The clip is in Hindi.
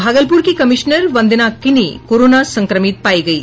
भागलपुर की कमिश्नर वंदना किनी कोरोना संक्रमित पायी गयी